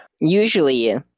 Usually